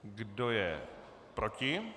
Kdo je proti?